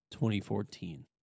2014